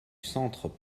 centre